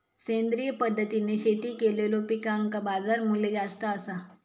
सेंद्रिय पद्धतीने शेती केलेलो पिकांका बाजारमूल्य जास्त आसा